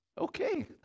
Okay